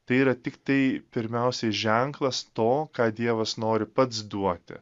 tai yra tiktai pirmiausiai ženklas to ką dievas nori pats duoti